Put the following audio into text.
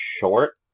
short